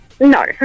No